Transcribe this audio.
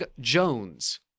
Jones